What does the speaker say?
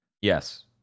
Yes